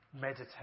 meditate